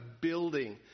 building